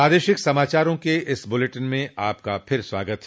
प्रादेशिक समाचारों के इस बुलेटिन में आपका फिर से स्वागत है